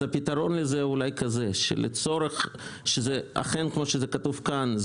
אז הפתרון לכך אולי כזה שאכן כפי שכתוב כאן,